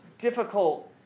difficult